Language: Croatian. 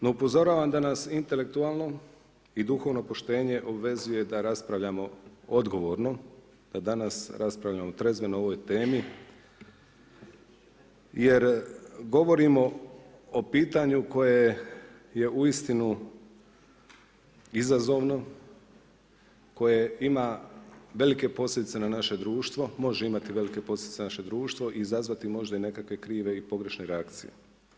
No upozoravam da nas intelektualno i duhovno poštenje obvezuje da raspravljamo odgovorno, da danas raspravljamo trezveno o ovoj temi jer govorimo o pitanju koje je uistinu izazovno, koje ima velike posljedice na naše društvo, može imati velike posljedice na naše društvo, izazvati možda i nekakve krive i pogrešne reakcije.